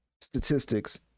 statistics